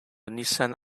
nissan